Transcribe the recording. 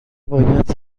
باید